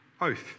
Oath